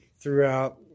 throughout